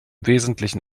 wesentlichen